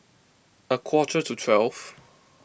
a quarter to twelve